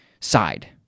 side